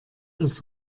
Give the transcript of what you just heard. das